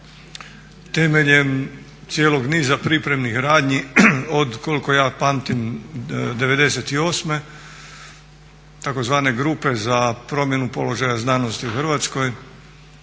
temeljem cijelog niza pripremnih radnji od koliko ja pamtim '98. tzv. Grupe za promjenu položaja znanosti u Hrvatskoj